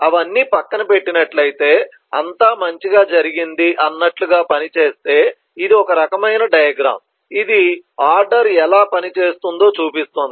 అవన్నీ పక్కన పెట్టినట్లయితే అంతా మంచిగా జరిగింది అన్నట్లుగా పని చేస్తే ఇది ఒక రకమైన డయాగ్రమ్ ఇది ఆర్డర్ ఎలా పని చేస్తుందో చూపిస్తుంది